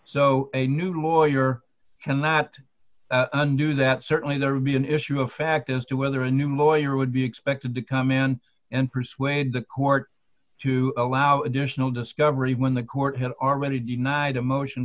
so a new lawyer and that a new that certainly there would be an issue of fact as to whether a new lawyer would be expected to come in and persuade the court to allow additional discovery when the court had already denied a motion